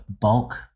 bulk